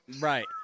Right